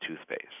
toothpaste